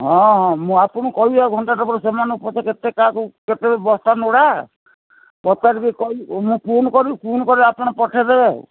ହଁ ହଁ ମୁଁ ଆପଣଙ୍କୁ କହିବି ଆଉ ଘଣ୍ଟାଟା ପରେ ସେମାନ ଉପ କେତେ କାହାକୁ କେତେ ବସ୍ତା ଲୋଡ଼ା ପଚାରିକି କହିବି ମୁଁ ଫୋନ୍ କରିବି ଫୋନ୍ କଲେ ଆପଣ ପଠେଇଦେବେ ଆଉ